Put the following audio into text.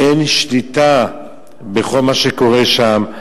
אין שליטה בכל מה שקורה שם,